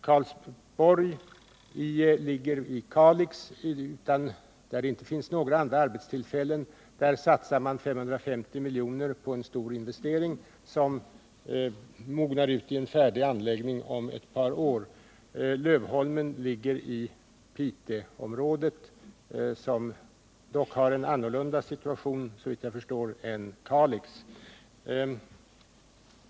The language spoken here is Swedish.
Karlsborg ligger i Kalix, där det inte finns några andra arbetstillfällen. Där satsar man 550 miljoner på en stor investering, som mognar ut i en färdig anläggning om ett par år. Lövholmen ligger i Piteområdet, som, såvitt jag förstår, dock har en annorlunda situation än Kalix.